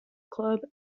club